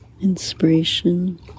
inspiration